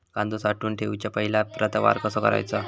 कांदो साठवून ठेवुच्या पहिला प्रतवार कसो करायचा?